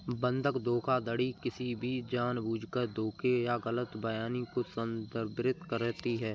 बंधक धोखाधड़ी किसी भी जानबूझकर धोखे या गलत बयानी को संदर्भित करती है